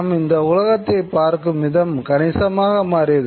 நாம் இந்த உலகத்தைப் பார்க்கும் விதம் கணிசமாக மாறியது